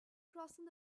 crossing